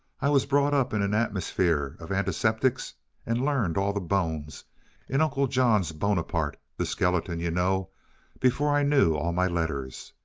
i was brought up in an atmosphere of antiseptics and learned all the bones in uncle john's boneparte' the skeleton, you know before i knew all my letters.